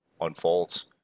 unfolds